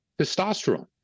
testosterone